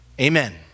Amen